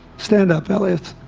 stand up ellis